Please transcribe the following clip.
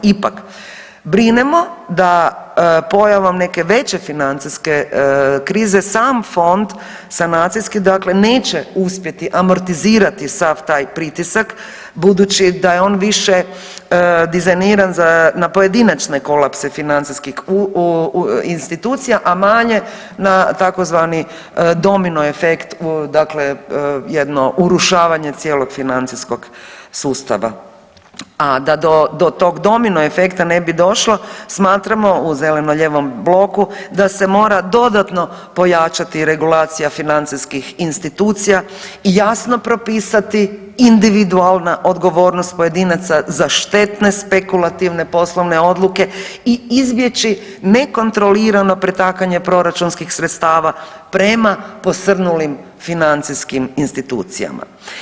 Ipak, brinemo da pojavom neke veće financijske krize sam fond sanacijski dakle neće uspjeti amortizirati sav taj pritisak budući da je on više dizajniran za na pojedinačne kolapse financijskih institucija, a manje na tzv. domino efekt dakle jedno urušavanje cijelog financijskog sustava, a da do tog domino efekta ne bi došlo, smatramo u zeleno-lijevom bloku da se mora dodatno pojačati regulacija financijskih institucija i jasno propisati individualna odgovornost pojedinaca za štetne spekulativne poslovne odluke i izbjeći nekontrolirano pretakanje proračunskih sredstava prema posrnulim financijskim institucijama.